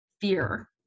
fear